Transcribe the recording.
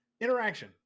interaction